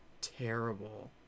terrible